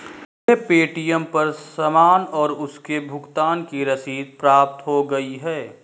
मुझे पे.टी.एम पर सामान और उसके भुगतान की रसीद प्राप्त हो गई है